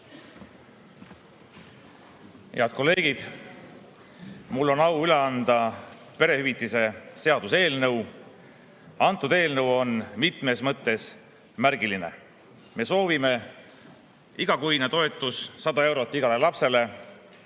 Head kolleegid! Mul on au üle anda perehüvitiste seaduse eelnõu. See eelnõu on mitmes mõttes märgiline. Me soovime igakuist toetust 100 eurot igale lapsele,